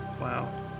Wow